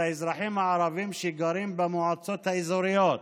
האזרחים הערבים שגרים במועצות האזוריות.